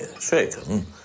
shaken